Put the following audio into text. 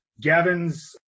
Gavin's